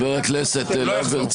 מה זה ההשתקות האלה?